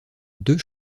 deux